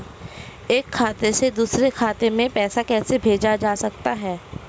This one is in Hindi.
एक खाते से दूसरे खाते में पैसा कैसे भेजा जा सकता है?